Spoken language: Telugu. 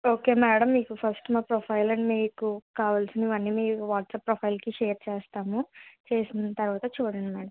ఓకే మేడం మీకు ఫస్ట్ మా ప్రొఫైల్ అండ్ మీకు కావలసినవన్నీ మీ వాట్సాప్ ప్రొఫైల్కి షేర్ చేస్తాము చేసిన తర్వాత చూడండి మేడం